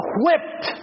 whipped